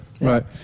Right